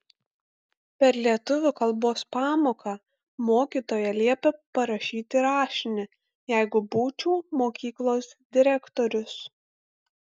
per lietuvių kalbos pamoką mokytoja liepė parašyti rašinį jeigu būčiau mokyklos direktorius